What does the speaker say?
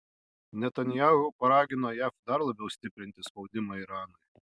netanyahu paragino jav dar labiau stiprinti spaudimą iranui